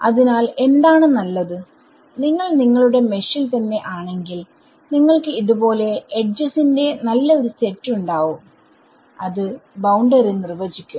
അതിനാൽ എന്താണ് നല്ലത്നിങ്ങൾ നിങ്ങളുടെ മെഷിൽ തന്നെ ആണെങ്കിൽ നിങ്ങൾക്ക് ഇത് പോലെ എഡ്ജസ് ന്റെ നല്ല ഒരു സെറ്റ് ഉണ്ടാവും അത് ബൌണ്ടറി നിർവ്വചിക്കും